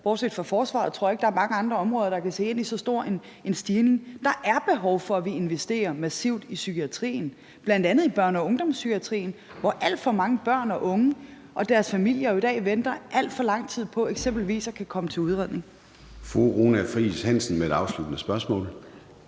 bortset fra forsvaret tror jeg ikke, der er mange andre områder, der kan se ind i så stor en stigning. Der er behov for, at vi investerer massivt i psykiatrien, bl.a. i børne- og ungdomspsykiatrien, hvor alt for mange børn og unge og deres familier jo i dag venter alt for lang tid på eksempelvis at kunne komme til udredning. Kl. 14:05 Formanden (Søren Gade): Fru Runa Friis Hansen med et afsluttende spørgsmål.